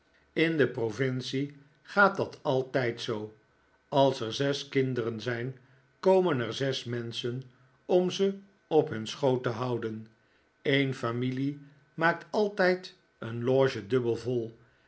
in de provincie gaat dat altijd zoo als er zes kinderen zijn komen er zes menschen om ze op hun schoot melodramatische voorstelling te houden een familie maakt altijd een loge dubbel vol